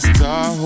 Star